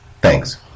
Thanks